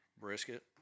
Brisket